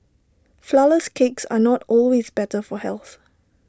Flourless Cakes are not always better for health